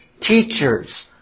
Teachers